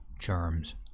Germs